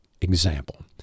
example